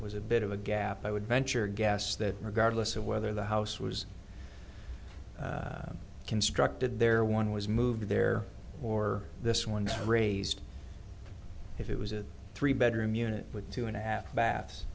was a bit of a gap i would venture to guess that regardless of whether the house was constructed there one was moved there or this one raised if it was a three bedroom unit with two and a half baths